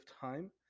time